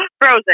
Frozen